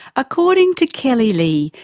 according to kelley lee,